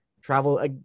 travel